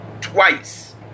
twice